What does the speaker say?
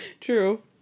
True